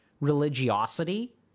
religiosity